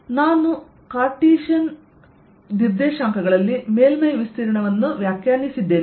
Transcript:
ಆದ್ದರಿಂದ ನಾನು ಕಾರ್ಟಿಸಿಯನ್ ನಿರ್ದೇಶಾಂಕಗಳಲ್ಲಿ ಮೇಲ್ಮೈ ವಿಸ್ತೀರ್ಣವನ್ನು ವ್ಯಾಖ್ಯಾನಿಸಿದೆ